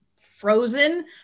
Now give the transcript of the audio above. frozen